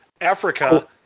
Africa